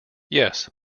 yes